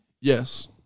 Yes